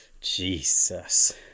Jesus